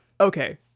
Okay